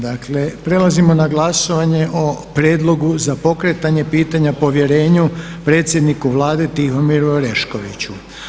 Dakle, prelazimo na glasovanje o prijedlogu za pokretanje pitanja povjerenja predsjedniku Vlade Tihomiru Oreškoviću.